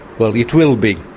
well, it will be,